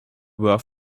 work